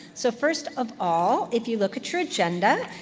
so first of all, if you look at your agenda,